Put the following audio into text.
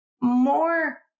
more